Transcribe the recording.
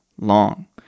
long